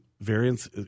variance